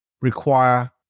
require